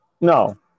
No